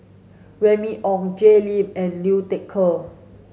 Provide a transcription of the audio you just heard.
Remy Ong Jay Lim and Liu Thai Ker